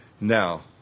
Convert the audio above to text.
Now